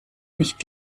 nicht